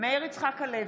מאיר יצחק הלוי,